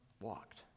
walked